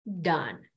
done